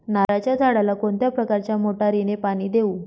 नारळाच्या झाडाला कोणत्या प्रकारच्या मोटारीने पाणी देऊ?